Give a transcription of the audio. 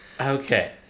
Okay